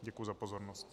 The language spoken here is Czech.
Děkuju za pozornost.